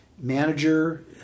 manager